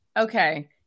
Okay